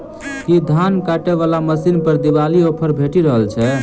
की धान काटय वला मशीन पर दिवाली ऑफर भेटि रहल छै?